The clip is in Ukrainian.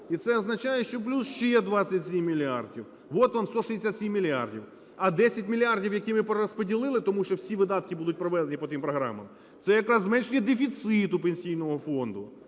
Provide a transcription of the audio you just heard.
І це означає, що плюс ще 27 мільярдів. От вам 167 мільярдів. А 10 мільярдів, які ми перерозподілили, тому що всі видатки будуть проведені по тим програмам, – це якраз зменшення дефіциту Пенсійного фонду.